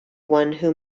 who